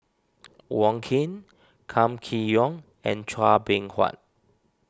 Wong Keen Kam Kee Yong and Chua Beng Huat